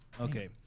Okay